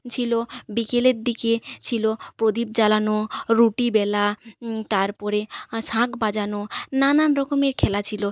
ছিল বিকেলের দিকে ছিল প্রদীপ জ্বালানো রুটি বেলা তার পরে শাঁখ বাজানো নানান রকমের খেলা ছিল